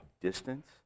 distance